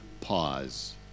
pause